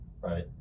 Right